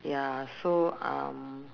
ya so um